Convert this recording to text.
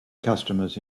customers